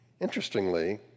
Interestingly